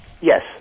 yes